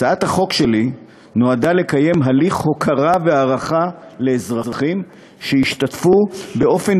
הצעת החוק שלי נועדה לקיים הליך הוקרה והערכה לאזרחים שהשתתפו באופן